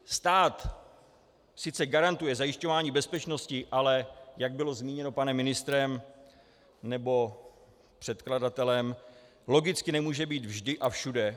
Stát sice garantuje zajišťování bezpečnosti, ale jak bylo zmíněno panem ministrem nebo předkladatelem, logicky nemůže být vždy a všude.